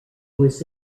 was